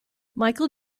michael